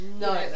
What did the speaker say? No